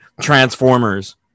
Transformers